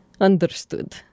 Understood